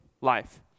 life